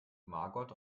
margot